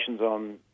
on